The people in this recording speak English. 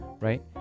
right